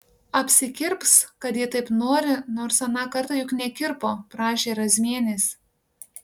apsikirps kad ji taip nori nors aną kartą juk nekirpo prašė razmienės